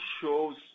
shows